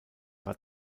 war